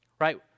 Right